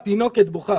לתינוקת בוכה